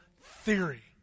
theory